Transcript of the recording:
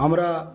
আমরা